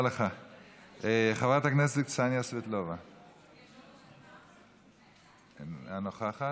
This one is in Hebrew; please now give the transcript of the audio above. חברת הכנסת קסניה סבטלובה, אינה נוכחת.